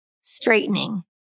straightening